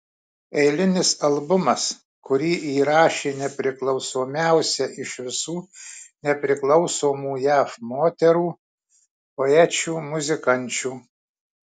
eilinis albumas kurį įrašė nepriklausomiausia iš visų nepriklausomų jav moterų poečių muzikančių